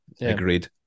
Agreed